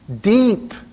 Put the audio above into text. deep